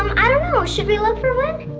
um i don't know, should we look for one?